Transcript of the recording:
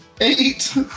Eight